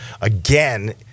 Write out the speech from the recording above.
again